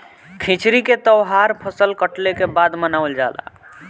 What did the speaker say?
खिचड़ी के तौहार फसल कटले के बाद मनावल जाला